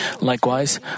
likewise